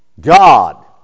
God